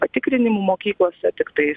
patikrinimų mokyklose tiktai